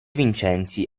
vincenzi